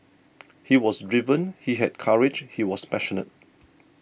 he was driven he had courage he was passionate